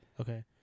Okay